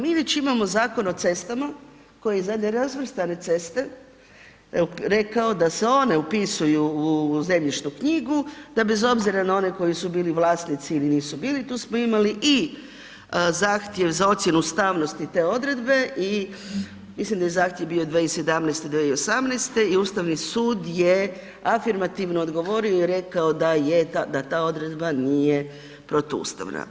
Mi već imamo Zakon o cestama koji za nerazvrstane ceste rekao da se one upisuju u zemljišnu knjigu, da bez obzira na one koji su bili vlasnici ili nisu bili, tu smo imali i zahtjev za ocjenu ustavnosti te odredbe i mislim da je zahtjev bio 2017., 2018. i Ustavni sud je afirmativno odgovorio i rekao da je, da ta odredba nije protuustavna.